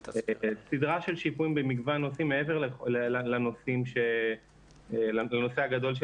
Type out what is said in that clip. סדרי של שיפורים במגוון נושאים מעבר לנושא הגדול של